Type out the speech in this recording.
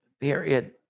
period